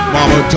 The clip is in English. Mama